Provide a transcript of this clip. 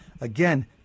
Again